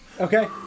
Okay